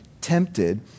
tempted